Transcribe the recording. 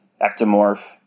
Ectomorph